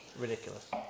Ridiculous